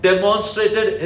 demonstrated